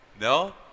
No